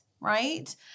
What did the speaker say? Right